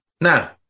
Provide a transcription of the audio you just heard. Now